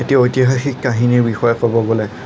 এটি ঐতিহাসিক কাহিনীৰ বিষয়ে ক'ব গ'লে